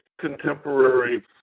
contemporary